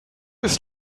ist